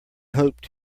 hoped